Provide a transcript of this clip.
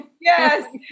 Yes